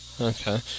okay